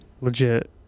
legit